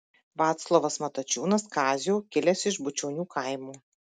vaclovas matačiūnas kazio kilęs iš bučionių kaimo